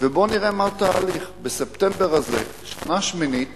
נראה מה התהליך, בספטמבר הזה, שנה שמינית